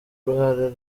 uruhare